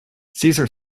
caesar